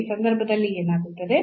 ಈ ಸಂದರ್ಭದಲ್ಲಿ ಏನಾಗುತ್ತದೆ